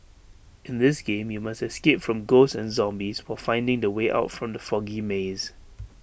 in this game you must escape from ghosts and zombies while finding the way out from the foggy maze